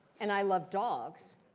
and i love dogs.